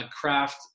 craft